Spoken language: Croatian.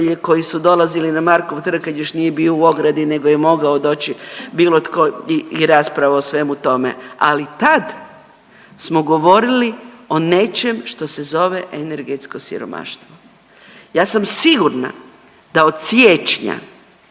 koji su dolazili na Markov trg kad još nije bio u ogradi nego je mogao doći bilo tko i rasprava o svemu tome. Ali tad smo govorili o nečem što se zove energetsko siromaštvo. Ja sam sigurna da od siječnja,